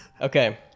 Okay